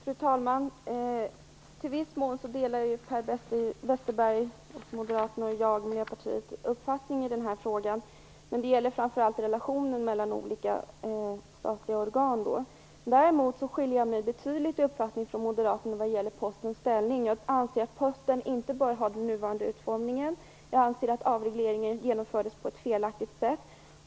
Fru talman! Till viss del delar Per Westerberg, Moderaterna, jag och Miljöpartiet uppfattning i den här frågan. Det gäller framför allt relationen mellan olika statliga organ. Däremot skiljer jag mig betydligt i uppfattning från Moderaterna när det gäller Postens ställning. Jag anser att Posten inte bör ha den nuvarande utformningen. Jag anser att avregleringen genomfördes på ett felaktigt sätt.